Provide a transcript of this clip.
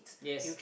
yes